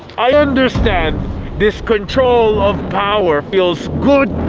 i understand this control of power feels good,